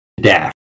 dash